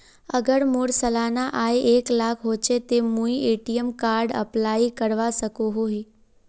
अगर मोर सालाना आय एक लाख होचे ते मुई ए.टी.एम कार्ड अप्लाई करवा सकोहो ही?